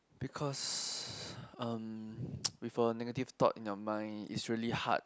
because um with a negative thought in your mind it's really hard